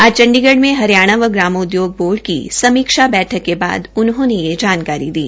आज चंडीगढ़ में हरियाणा व ग्रामोद्योग बोर्ड की समीक्षा बैठक के बाद उन्होंने यह जानकारी दी